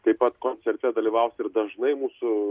taip pat koncerte dalyvaus ir dažnai mūsų